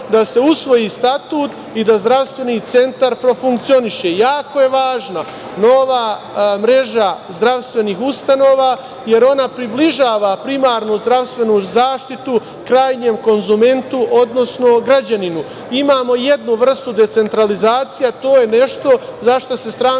da se usvoji Statut i da Zdravstveni centar profunkcioniše. Jako je važno, nova mreža zdravstvenih ustanova, jer ona približava primarnu zdravstvenu zaštitu krajnjem konzumentu, odnosno građaninu. Imamo jednu vrstu decentralizacije, a to je nešto za šta se Stranka